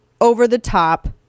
over-the-top